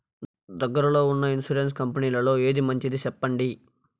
దగ్గర లో ఉన్న ఇన్సూరెన్సు కంపెనీలలో ఏది మంచిది? సెప్పండి?